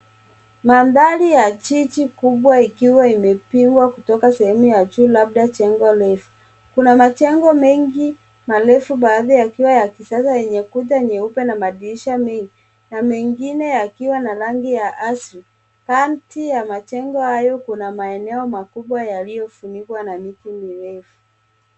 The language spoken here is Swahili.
Mandhari ya jiji kubwa ikiwa imepigwa kutoka sehemu ya juu labda jengo refu. Kuna majengo mengi, marefu baadhi yakiwa ya kisasa yenye kuta nyeupe na madirisha mengi, na mengine yakiwa na rangi ya asili. Kati ya majengo hayo kuna maeneo makubwa yaliyofunikwa na miti mirefu.